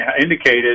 indicated